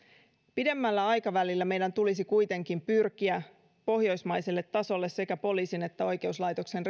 pidemmällä aikavälillä meidän tulisi kuitenkin pyrkiä pohjoismaiselle tasolle sekä poliisin että oikeuslaitoksen